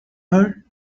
her